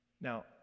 Now